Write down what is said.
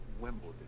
Wimbledon